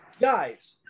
guys